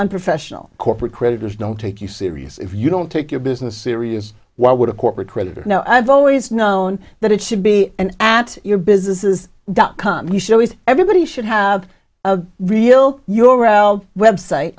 unprofessional corporate creditors don't take you serious if you don't take your business serious why would a corporate creditor now i've always known that it should be and at your business is dot com you should always everybody should have a real your out website